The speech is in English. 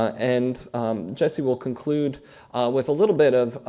and jesse will conclude with a little bit of